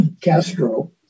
Castro